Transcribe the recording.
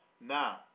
now